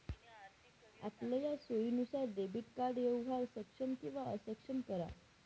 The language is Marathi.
आपलया सोयीनुसार डेबिट कार्ड व्यवहार सक्षम किंवा अक्षम करा